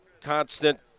constant